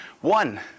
One